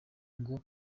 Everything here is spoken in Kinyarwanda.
ngo